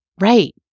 right